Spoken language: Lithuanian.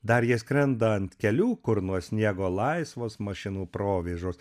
dar jie skrenda ant kelių kur nuo sniego laisvos mašinų provėžos